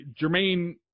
Jermaine